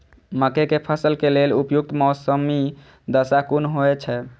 मके के फसल के लेल उपयुक्त मौसमी दशा कुन होए छै?